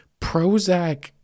Prozac